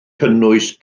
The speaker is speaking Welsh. cynnwys